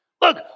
Look